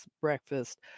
breakfast